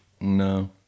No